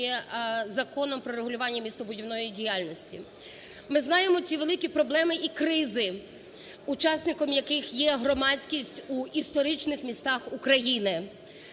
Законом "Про регулювання містобудівної діяльності". Ми знаємо ті великі проблеми і кризи, учасником яких є громадськість у історичних містах України,